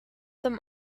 them